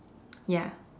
ya